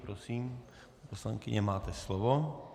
Prosím, paní poslankyně, máte slovo.